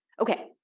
Okay